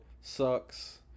sucks